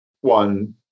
one